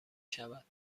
شود